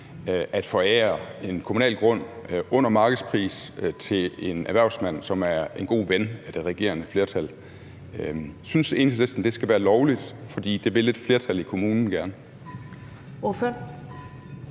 vil forære en kommunal grund under markedspris til en erhvervsmand, som er en god ven af det regerende flertal. Synes Enhedslisten, det skal være lovligt? For det vil et flertal i kommunen gerne